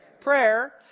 Prayer